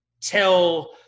tell